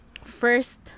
first